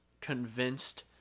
convinced